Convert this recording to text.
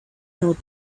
heard